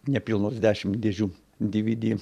nepilnos dešimt dėžių dy vy dy